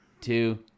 two